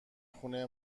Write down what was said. خونه